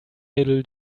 little